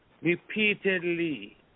repeatedly